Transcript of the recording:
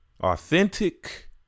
Authentic